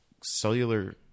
cellular